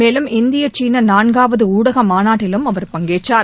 மேலும் இந்திய சீன நான்காவது ஊடக மாநாட்டிலும் அவர் பங்கேற்றார்